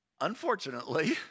unfortunately